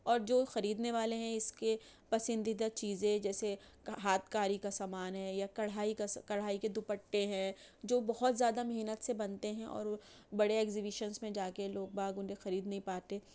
اور جو خریدنے والے ہیں اس کے پسندیدہ چیزیں جیسے ہاتھ کاری کا سامان ہے یا کڑھائی کا سا کڑھائی کے دوپٹے ہیں جو بہت زیادہ محنت سے بنتے ہیں اور بڑے ایکزیبیشنس میں جا کے لوگ ان کو خرید نہیں پاتے